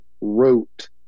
wrote